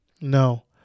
no